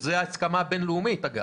שדאת הסכמה בין-לאומית.